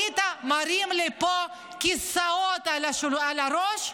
היית מרים לפה כיסאות על הראש,